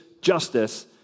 justice